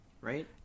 right